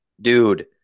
Dude